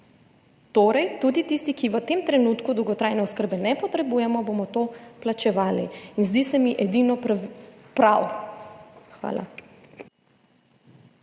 torej tudi tisti, ki v tem trenutku dolgotrajne oskrbe ne potrebujemo, bomo to plačevali in zdi se mi edino prav. Hvala.